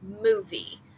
movie